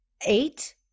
Eight